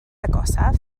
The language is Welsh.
agosaf